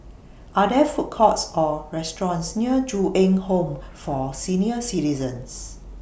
Are There Food Courts Or restaurants near Ju Eng Home For Senior Citizens